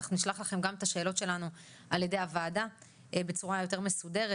אנחנו נשלח לכם גם את השאלות שלנו על ידי הוועדה בצורה יותר מסודרת,